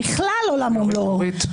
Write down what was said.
בכלל עולם ומלואו,